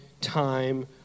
time